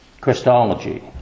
Christology